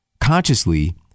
consciously